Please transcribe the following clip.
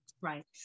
Right